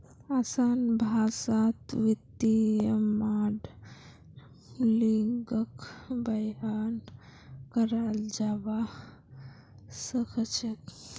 असान भाषात वित्तीय माडलिंगक बयान कराल जाबा सखछेक